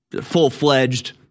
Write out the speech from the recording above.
full-fledged –